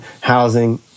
housing